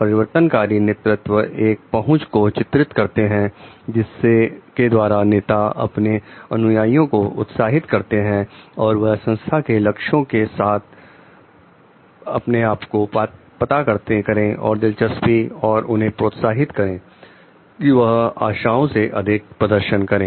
परिवर्तनकारी नेतृत्व एक पहुंच को चित्रित करते हैं जिसके द्वारा नेता अपने अनुयायियों को उत्साहित करते हैं कि वह संस्था के लक्ष्यों के साथ पता करें और दिलचस्पी और उन्हें प्रोत्साहित करें कि वह आशाओं से अधिक प्रदर्शन करें